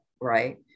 right